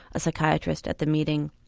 a psychiatrist at the meeting.